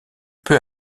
peu